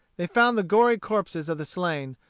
they found the gory corpses of the slain,